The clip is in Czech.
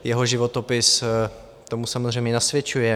Jeho životopis tomu samozřejmě nasvědčuje.